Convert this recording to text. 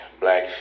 black